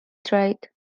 trade